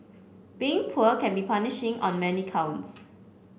being poor can be punishing on many counts